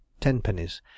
tenpennies